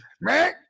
man